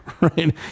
right